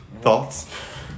Thoughts